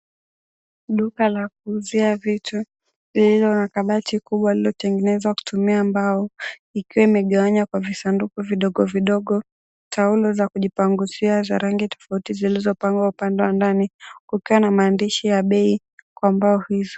Duka la kuuzia vitu lililo na kabati kubwa lililotengenezwa kutumia mbao ikiwa imegawanywa kwa visanduku vidogo vidogo. Taulo za kujipangusia za rangi tofauti zilizopangwa upande wa ndani kukiwa na maandishi ya bei kwa mbao hizi.